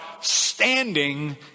standing